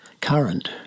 current